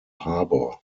harbour